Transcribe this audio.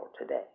today